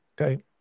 Okay